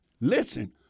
Listen